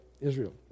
Israel